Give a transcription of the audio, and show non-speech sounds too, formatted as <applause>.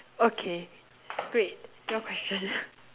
okay great your question <laughs>